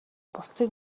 бусдыг